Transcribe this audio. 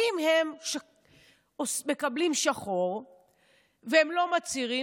אם הם מקבלים שחור והם לא מצהירים,